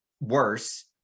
worse